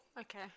Okay